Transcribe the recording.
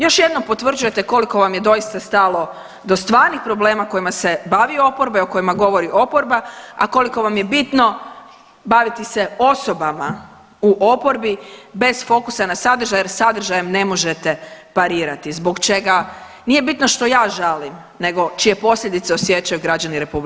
Još jednom potvrđujete koliko vam je doista stalo do stvarnih problema kojima se bavi oporba i o kojima govori oporba, a koliko vam je bitno baviti se osobama u oporbi bez fokusa na sadržaj jer sadržajem ne možete parirati zbog čega, nije bitno što ja žalim, nego čije posljedice osjećaju građani RH.